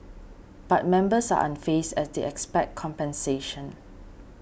but members are unfazed as they expect compensation